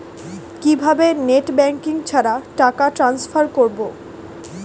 কিভাবে net banking ছাড়া টাকা টান্সফার করব?